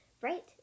Right